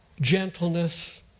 gentleness